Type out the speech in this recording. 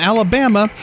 Alabama